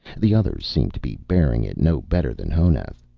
the others seemed to be bearing it no better than honath.